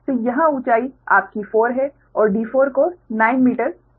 तो यह ऊंचाई आपकी 4 है और d4 को 9 मीटर दिया गया है